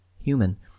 human